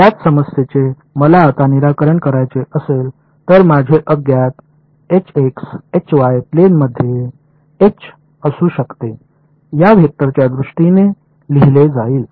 त्याच समस्येचे मला आता निराकरण करावयाचे असेल तर माझे अज्ञात प्लेनमध्ये एच असू शकते या वेक्टरच्या दृष्टीने लिहिले जाईल